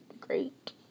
great